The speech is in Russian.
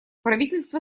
правительство